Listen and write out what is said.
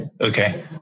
okay